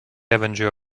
avenger